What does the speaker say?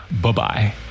Bye-bye